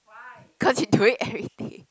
cause you do it everyday